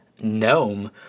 Gnome